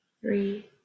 three